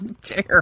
chair